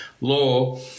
law